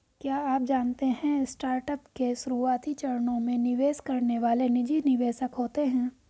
क्या आप जानते है स्टार्टअप के शुरुआती चरणों में निवेश करने वाले निजी निवेशक होते है?